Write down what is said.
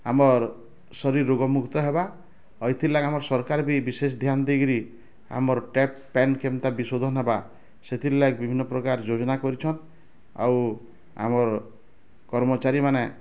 ଆମର୍ ଶରୀର୍ ରୋଗ ମୁକ୍ତ ହେବା ଆଉ ଇଥିର୍ ଲାଗି ଆମର ସରକାର୍ ବି ବିଶେଷ ଧ୍ୟାନ୍ ଦେଇକିରି ଆମର ଟେପ୍ ପାଏନ୍ କେନ୍ତା ବିଶୋଧନ ହେବା ସେଥିର ଲାଗି ବିଭିନ୍ନ ପ୍ରକାର ଯୋଜନା କରିଛନ୍ ଆଉ ଆମର୍ କର୍ମଚାରୀମାନେ